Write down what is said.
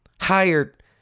hired